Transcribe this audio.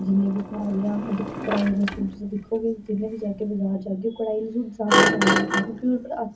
जिन्ने बी पारदियां मतलब कि कढाई आहले सूट तुस दिक्खो जिद्धर बी जागे बजार जागे कढाई आहले सूट ज्यादा गे महंगे बिकने क्योकि ओहदे उप्पर